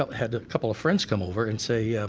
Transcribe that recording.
had a couple of friends come over and say, yeah